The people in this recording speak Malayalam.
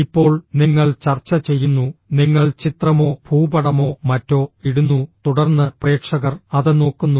ഇപ്പോൾ നിങ്ങൾ ചർച്ച ചെയ്യുന്നു നിങ്ങൾ ചിത്രമോ ഭൂപടമോ മറ്റോ ഇടുന്നു തുടർന്ന് പ്രേക്ഷകർ അത് നോക്കുന്നു